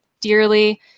dearly